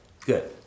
Good